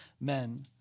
men